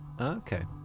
okay